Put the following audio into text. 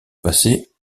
passer